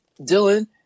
Dylan